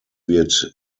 wird